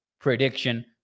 prediction